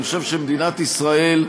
אני חושב שמדינת ישראל,